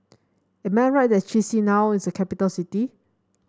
am I right that Chisinau is a capital city